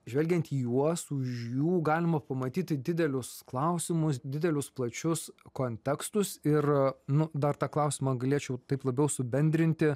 žvelgiant į juos už jų galima pamatyti didelius klausimus didelius plačius kontekstus ir nu dar tą klausimą galėčiau taip labiau subendrinti